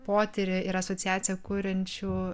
potyrį ir asociaciją kuriančių